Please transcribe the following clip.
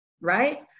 right